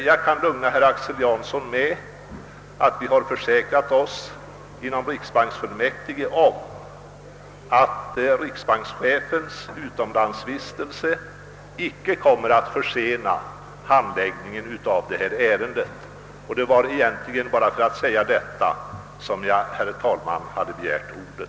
Jag kan lugna herr Jansson med att vi inom riksbanksfullmäktige har försäkrat oss om att riksbankschefens bortovaro inte kommer att försena handläggningen, Herr talman! Det var egentligen för att anföra detta som jag begärde ordet.